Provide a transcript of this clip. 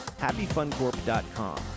HappyFunCorp.com